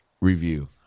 review